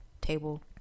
table